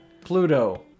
Pluto